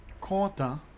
content